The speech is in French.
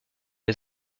les